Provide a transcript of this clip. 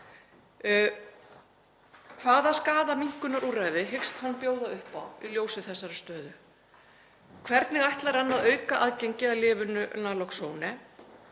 Hvaða skaðaminnkunarúrræði hyggst hann bjóða upp á í ljósi þessarar stöðu? Hvernig ætlar hann að auka aðgengi að lyfinu Naloxon?